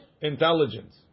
intelligence